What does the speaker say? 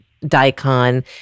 daikon